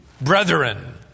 brethren